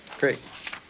Great